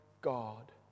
God